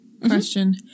question